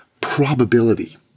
probability